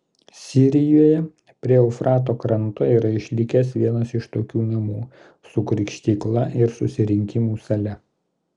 sirijoje prie eufrato kranto yra išlikęs vienas iš tokių namų su krikštykla ir susirinkimų sale